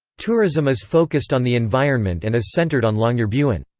tourism is focused on the environment and is centered on longyearbyen.